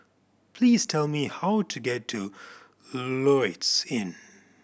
please tell me how to get to Lloyds Inn